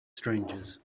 strangers